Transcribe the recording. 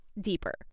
deeper